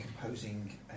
composing